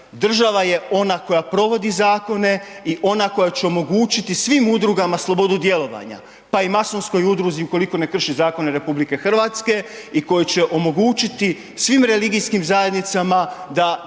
Država je ona koja provodi zakona i ona koja će omogućiti svim udrugama slobodu djelovanja pa i masonskoj udruzi ukoliko ne krši zakone RH, i koji će omogućiti svim religijskim zajednicama